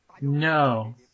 No